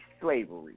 slavery